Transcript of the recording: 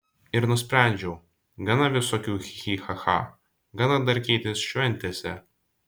ir nusprendžiau gana visokių chi chi cha cha gana darkytis šventėse